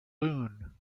loon